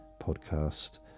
podcast